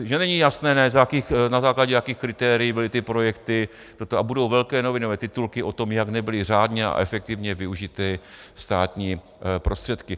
Že není jasné, na základě jakých kritérií byly ty projekty, a budou velké novinové titulky o tom, jak nebyly řádně a efektivně využity státní prostředky.